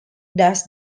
does